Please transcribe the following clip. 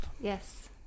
Yes